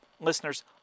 Listeners